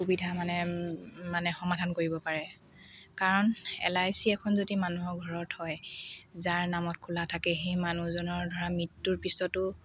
অসুবিধা মানে মানে সমাধান কৰিব পাৰে কাৰণ এল আই চি এখন যদি মানুহৰ ঘৰত হয় যাৰ নামত খোলা থাকে সেই মানুহজনৰ ধৰা মৃত্যুৰ পিছতো